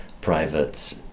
private